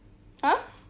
!huh!